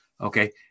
Okay